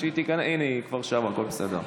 הינה, היא כבר שבה, הכול בסדר.